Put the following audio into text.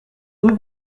deux